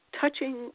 touching